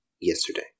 yesterday